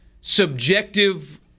subjective